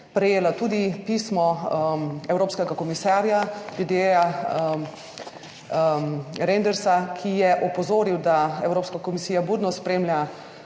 prejela tudi pismo evropskega komisarja Didierja Reyndersa, ki je opozoril, da Evropska komisija budno spremlja